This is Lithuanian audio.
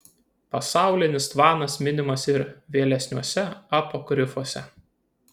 pasaulinis tvanas minimas ir vėlesniuose apokrifuose